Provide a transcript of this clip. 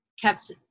kept